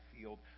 field